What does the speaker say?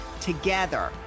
Together